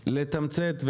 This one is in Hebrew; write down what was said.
לתמצת,